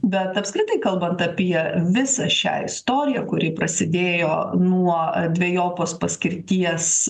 bet apskritai kalbant apie visą šią istoriją kuri prasidėjo nuo dvejopos paskirties